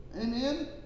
Amen